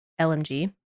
lmg